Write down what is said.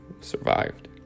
survived